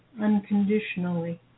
unconditionally